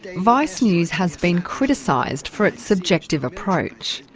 vice news has been criticised for its subjective approach.